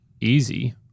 easy